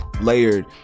layered